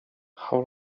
how